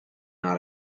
not